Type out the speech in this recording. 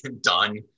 Done